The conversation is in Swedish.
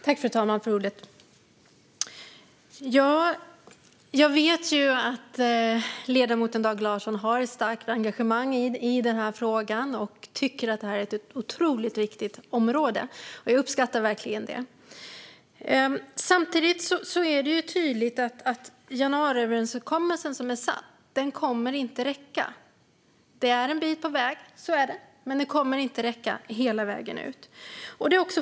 Fru talman! Jag vet ju att ledamoten Dag Larsson har ett starkt engagemang i den här frågan och tycker att det är ett otroligt viktigt område. Jag uppskattar verkligen det. Samtidigt är det tydligt att januariöverenskommelsen inte kommer att räcka. Det är en bit på väg, så är det, men det kommer inte att räcka hela vägen.